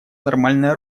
нормальное